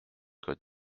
code